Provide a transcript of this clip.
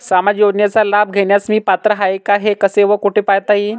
सामाजिक योजनेचा लाभ घेण्यास मी पात्र आहे का हे कसे व कुठे पाहता येईल?